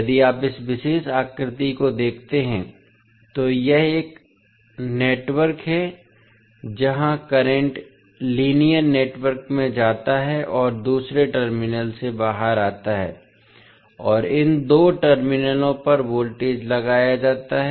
यदि आप इस विशेष आकृति को देखते हैं तो यह एक पोर्ट नेटवर्क है जहां करंट लीनियर नेटवर्क में जाता है और दूसरे टर्मिनल से बाहर आता है और इन दो टर्मिनलों पर वोल्टेज लगाया जाता है